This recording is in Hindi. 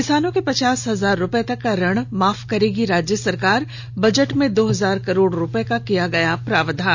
किसानों के पचास हजार रुपए तक का ऋण माफ करेगी राज्य सरकार बजट में दो हजार करोड रुपए का किया गया प्रावधान